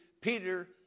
Peter